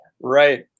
Right